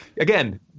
again